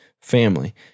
family